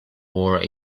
wore